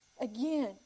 Again